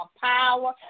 Power